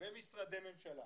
ומשרדי ממשלה